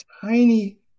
tiny